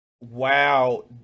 Wow